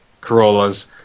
Corollas